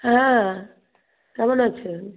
হ্যাঁ কেমন আছেন